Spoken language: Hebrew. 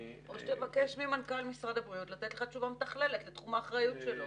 או שתבקש ממנכ"ל משרד הבריאות לתת תשובה מתכללת לתחום האחריות שלו.